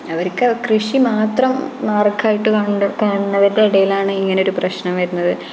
അവർക്ക് കൃഷി മാത്രം മാർഗമായിട്ട് കാണുന്നവരുടെ ഇടയിലാണ് ഇങ്ങനൊരു പ്രശ്നം വരുന്നത്